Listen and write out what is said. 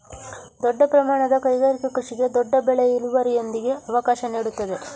ದೊಡ್ಡ ಪ್ರಮಾಣದ ಕೈಗಾರಿಕಾ ಕೃಷಿಗೆ ದೊಡ್ಡ ಬೆಳೆ ಇಳುವರಿಯೊಂದಿಗೆ ಅವಕಾಶ ನೀಡುತ್ತದೆ